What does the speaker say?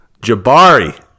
Jabari